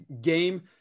game